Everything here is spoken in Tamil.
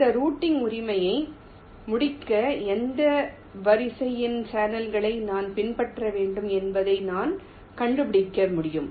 இந்த ரூட்டிங் உரிமையை முடிக்க எந்த வரிசையின் சேனல்களை நான் பின்பற்ற வேண்டும் என்பதை நான் கண்டுபிடிக்க முடியும்